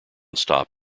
stop